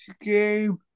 game